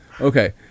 Okay